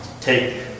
take